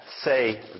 say